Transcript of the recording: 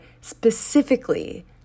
specifically